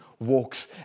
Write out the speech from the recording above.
Walks